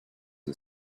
and